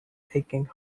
aching